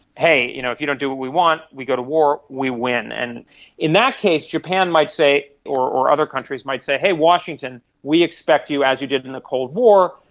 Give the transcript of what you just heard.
hey, you know if you don't do we want, we go to war, we win'. and in that case japan might say or or other countries might say, hey washington, we expect you, as you did in the cold war,